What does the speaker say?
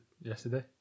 yesterday